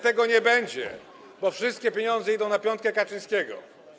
Tego nie będzie, bo wszystkie pieniądze idą na piątkę Kaczyńskiego.